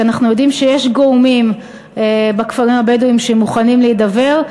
כי אנחנו יודעים שיש גורמים בכפרים הבדואיים שמוכנים להידבר.